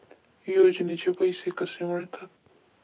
योजनेचे पैसे कसे मिळतात?